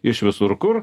iš visur kur